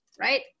Right